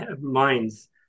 minds